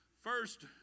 first